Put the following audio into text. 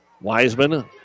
Wiseman